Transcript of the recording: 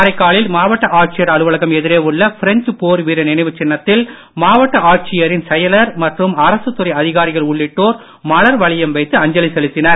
காரைக்காலில் மாவட்ட ஆட்சியர் அலுவலகம் எதிரே உள்ள பிரெஞ்ச் போர் வீரர் நினைவுச் சின்னத்தில் மாவட்ட ஆட்சியரின் செயலர் மற்றும் அரசுத் துறை அதிகாரிகள் உள்ளிட்டோர் மலர் வளையம் வைத்து அஞ்சலி செலுத்தினர்